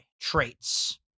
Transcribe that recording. Traits